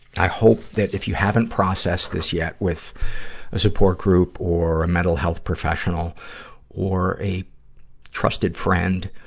i hope that if you haven't processed this yet with a support group or a mental health professional or a trusted friend,